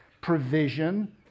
provision